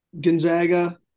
Gonzaga